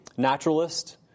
naturalist